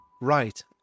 right